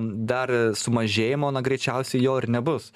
dar sumažėjimo na greičiausiai jo ir nebus